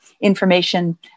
information